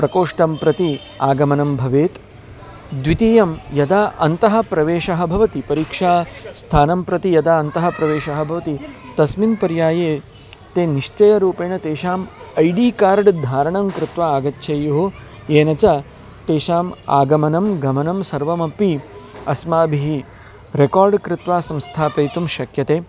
प्रकोष्ठं प्रति आगमनं भवेत् द्वितीयं यदा अन्तः प्रवेशः भवति परीक्षास्थानं प्रति यदा अन्तः प्रवेशः भवति तस्मिन् पर्याये ते निश्चयरूपेण तेषाम् ऐ डी कार्ड् धारणं कृत्वा आगच्छेयुः येन च तेषाम् आगमनं गमनं सर्वमपि अस्माभिः रेकार्ड् कृत्वा संस्थापयितुं शक्यते